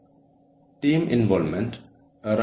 ഒരേ രീതിയിൽ എല്ലാവരും പെരുമാറാൻ നമ്മൾ ലക്ഷ്യമിടുന്നില്ല